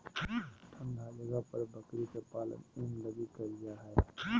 ठन्डा जगह पर बकरी के पालन ऊन लगी कईल जा हइ